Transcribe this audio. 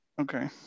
Okay